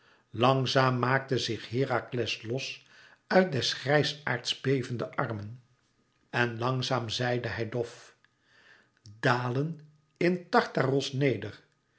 langzaam maakte zich herakles los uit des grijsaards bevende armen en langzaam zeide hij dof dalen in tartaros neder